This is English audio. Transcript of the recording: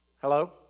hello